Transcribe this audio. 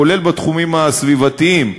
כולל בתחומים הסביבתיים.